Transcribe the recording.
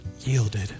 yielded